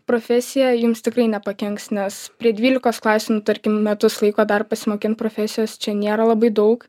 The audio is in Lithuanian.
profesija jums tikrai nepakenks nes prie dvylikos klasių nu tarkim metus laiko dar pasimokint profesijos čia nėra labai daug